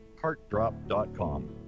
heartdrop.com